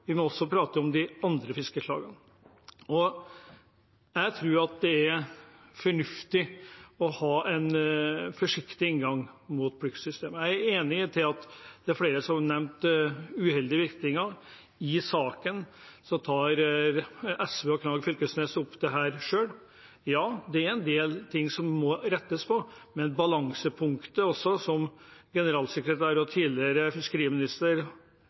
vi må også prate om de andre fiskeslagene. Jeg tror at det er fornuftig å ha en forsiktig inngang mot pliktsystemet. Jeg er enig – det er flere som har nevnt uheldige virkninger, i saken tar SV og Knag Fylkesnes opp dette selv – det er en del ting som må rettes på. Men balansepunktet, som også generalsekretær i Fiskarlaget og tidligere fiskeriminister